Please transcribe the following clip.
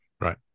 Right